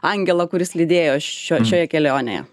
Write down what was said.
angelą kuris lydėjo šio šioje kelionėje